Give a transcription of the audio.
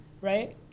right